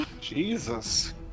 Jesus